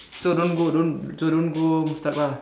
so don't go don't so don't go Mustafa